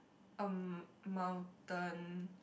um mountain